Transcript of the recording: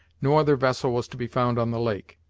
no other vessel was to be found on the lake.